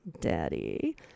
daddy